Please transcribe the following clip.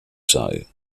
sei